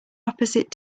opposite